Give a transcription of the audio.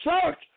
church